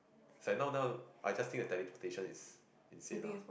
its like now now I just think that teleportation is insane lah